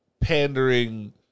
pandering